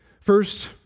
First